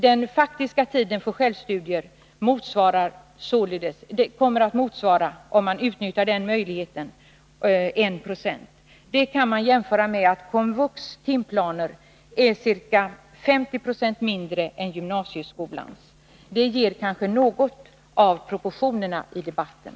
Den faktiska tiden för självstudier kommer att motsvara, om man utnyttjar den möjligheten, 1 76. Det kan man jämföra med att den självstudietid som förutsätts i KOMVUX timoch kursplaner uppgår till 50 90. Det ger kanske något av proportionerna i debatten.